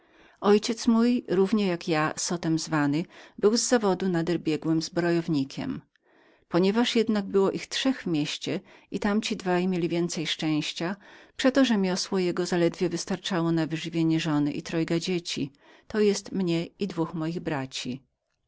ojciec mój równie jak ja zoto nazwany był z powołania nader biegłym zbrojownikiem ponieważ jednak było ich trzech w mieście i tamci dwaj mieli więcej szczęścia przeto rzemiosło jego zaledwie wystarczało na wyżywienie żony i trojga dzieci to jest mnie i dwóch moich braci